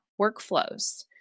workflows